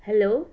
hello